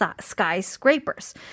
skyscrapers